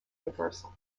universal